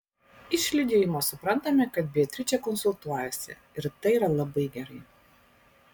iš liudijimo suprantame kad beatričė konsultuojasi ir tai yra labai gerai